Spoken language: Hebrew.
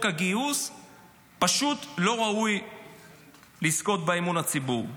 הגיוס פשוט לא ראוי לזכות באמון הציבור.